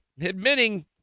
admitting